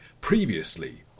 previously